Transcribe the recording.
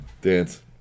dance